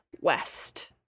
west